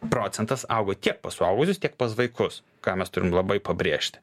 procentas auga tiek pas suaugusius tiek pas vaikus ką mes turim labai pabrėžti